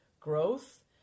growth